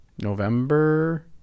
November